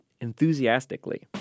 enthusiastically